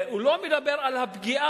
הוא לא מדבר על הפגיעה,